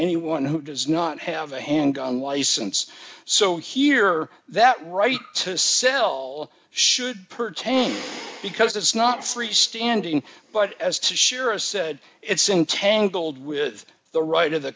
anyone who does not have a handgun license so here that right to sell should pertain because it's not free standing but as to shira said it's entanglement with the right of the